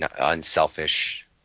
Unselfish